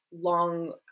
long